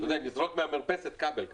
תזרוק מהמרפסת כבל כזה.